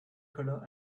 color